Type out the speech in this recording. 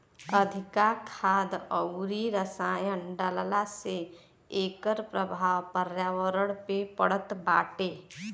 अधिका खाद अउरी रसायन डालला से एकर प्रभाव पर्यावरण पे पड़त बाटे